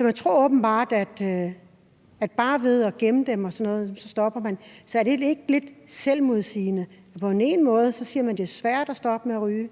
Man tror åbenbart, at bare ved at gemme dem og sådan noget, så stopper de. Så er det ikke lidt selvmodsigende, at man siger, det er svært at stoppe med at ryge,